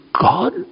God